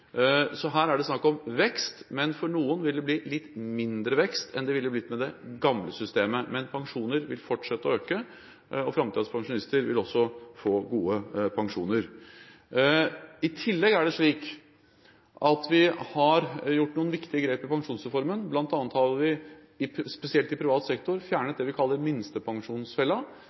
Så her er det snakk om vekst, men for noen vil det bli litt mindre vekst enn det ville blitt med det gamle systemet. Pensjonene vil fortsette å øke, og framtidens pensjonister vil også få gode pensjoner. I tillegg er det slik at vi har gjort noen viktige grep i pensjonsreformen. Blant annet har vi, spesielt i privat sektor, fjernet det vi kaller